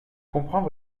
comprends